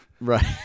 right